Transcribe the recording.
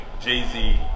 Jay-Z